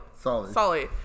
Solly